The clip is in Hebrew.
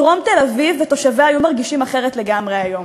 דרום תל-אביב ותושביה היו מרגישים אחרת לגמרי היום.